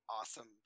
awesome